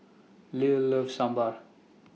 Lilie loves Sambar